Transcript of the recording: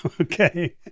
okay